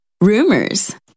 rumors